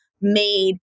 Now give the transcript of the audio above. made